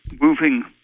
moving